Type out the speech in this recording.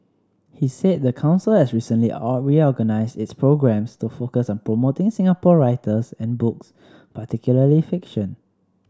he said the council has recently reorganised its programmes to focus on promoting Singapore writers and books particularly fiction